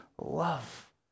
love